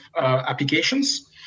applications